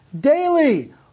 Daily